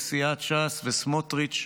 וסיעת ש"ס וסמוטריץ',